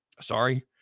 sorry